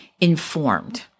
informed